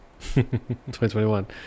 2021